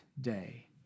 day